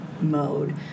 mode